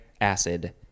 acid